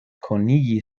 konigi